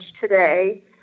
today